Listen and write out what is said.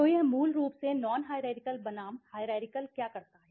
तो यह मूल रूप से नॉन हाईरारकिअल बनाम हाईरारकिअल क्या करता है